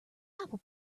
apple